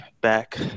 back